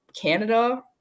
Canada